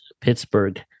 Pittsburgh